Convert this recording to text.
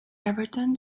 everton